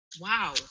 wow